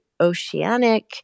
oceanic